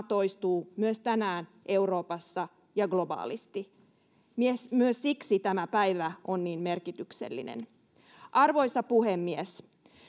toistuu myös tänään euroopassa ja globaalisti myös siksi tämä päivä on niin merkityksellinen arvoisa puhemies